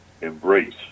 embrace